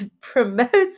promotes